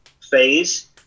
phase